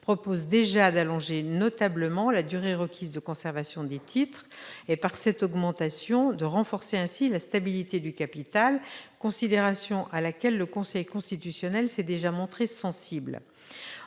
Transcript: proposent déjà d'allonger notablement la durée requise de conservation des titres et, par cette augmentation, de renforcer la stabilité du capital, considération à laquelle le Conseil constitutionnel s'est déjà montré sensible.